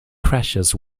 crashes